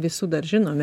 visų dar žinome